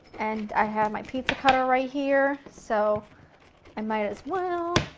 and i have my pizza cutter right here, so i might as well.